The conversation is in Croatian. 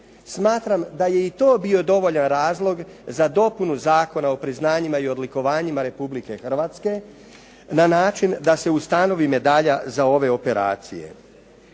Smatram da je i to bio dovoljan razlog za dopunu Zakona o priznanjima i odlikovanjima Republike Hrvatske na način da se ustanovi medalja za ove operacije.